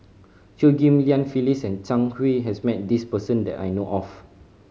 Chew Ghim Lian Phyllis and Zhang Hui has met this person that I know of